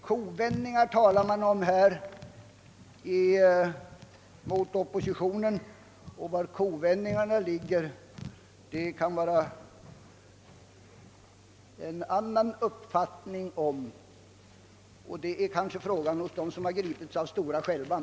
Kovändningar talar man om hos oppositionen, men var kovändningarna görs kan det kanske råda en annan uppfattning om. Det är kanske hos dem som har gripits av stora skälvan.